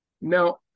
Now